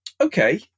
okay